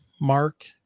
mark